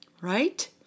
Right